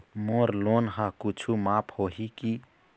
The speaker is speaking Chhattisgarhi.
मोर लोन हा कुछू माफ होही की?